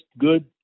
good